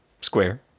square